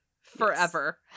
forever